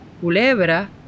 Culebra